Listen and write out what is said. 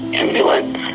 ambulance